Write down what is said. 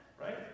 right